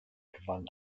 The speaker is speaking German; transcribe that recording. gewann